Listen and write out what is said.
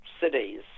cities